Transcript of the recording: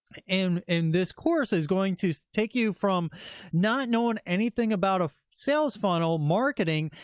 and and this course is going to take you from not knowing anything about a sales funnel, marketing,